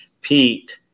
pete